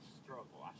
struggle